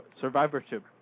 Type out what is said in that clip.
survivorship